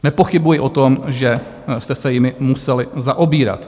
Nepochybuji o tom, že jste se jimi museli zaobírat.